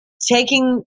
taking